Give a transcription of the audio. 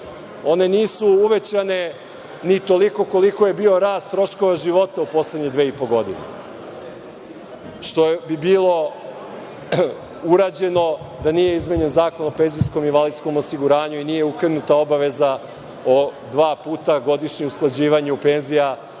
One nisu uvećane ni toliko koliko je bio rast troškova života u poslednje dve i po godine, što bi bilo urađeno da nije izmenjen Zakon o PIO i nije ukinuta obaveza o dva puta godišnje usklađivanju penzija